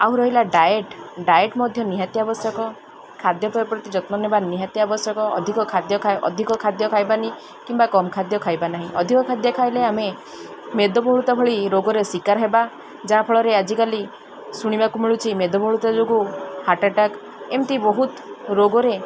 ଆଉ ରହିଲା diet diet ମଧ୍ୟ ନିହାତି ଆବଶ୍ୟକ ଖାଦ୍ୟପେୟ ପ୍ରତି ଯତ୍ନ ନେବା ନିହାତି ଆବଶ୍ୟକ ଅଧିକ ଖାଦ୍ୟ ଖାଇ ଅଧିକ ଖାଦ୍ୟ ଖାଇବାନି କିମ୍ବା କମ୍ ଖାଦ୍ୟ ଖାଇବା ନାହିଁ ଅଧିକ ଖାଦ୍ୟ ଖାଇଲେ ଆମେ ମେଦବହୁଳତା ଭଳି ରୋଗରେ ଶିକାର ହେବା ଯାହାଫଳରେ ଆଜିକାଲି ଶୁଣିବାକୁ ମିଳୁଚି ମେଦ ବହୁଳତା ଯୋଗୁଁ ହାର୍ଟଆଟାକ୍ ଏମିତି ବହୁତ ରୋଗରେ